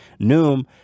noom